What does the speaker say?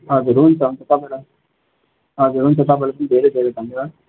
हजुर हुन्छ हुन्छ तपाईँलाई पनि हजुर हुन्छ तपाईँलाई पनि धेरै धेरै धन्यवाद